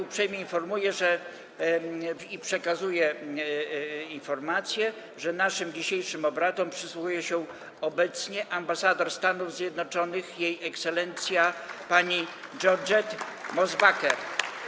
Uprzejmie informuję i przekazuję informację, że naszym dzisiejszym obradom przysłuchuje się obecnie ambasador Stanów Zjednoczonych Jej Ekscelencja pani Georgette Mosbacher.